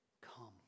Come